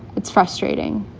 it's frustrating.